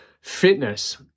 fitness